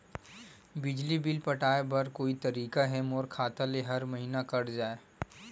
बिजली बिल पटाय बर का कोई तरीका हे मोर खाता ले हर महीना कट जाय?